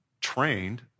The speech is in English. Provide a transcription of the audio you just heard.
trained